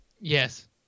Yes